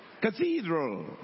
Cathedral